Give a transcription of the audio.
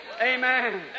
Amen